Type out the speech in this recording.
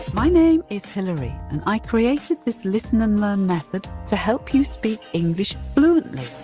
my name is hillary and i created this listen and learn method to help you speak english fluently.